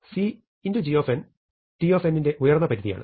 g t ന്റെ ഉയർന്ന പരിധിയാണ്